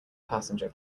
passenger